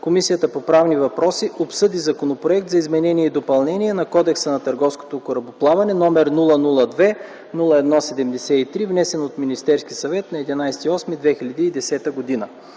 Комисията по правни въпроси обсъди Законопроект за изменение и допълнение на Кодекса на търговското корабоплаване, № 002–01 73, внесен от Министерски съвет на 11 август 2010 г.